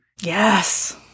Yes